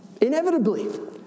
Inevitably